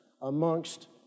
amongst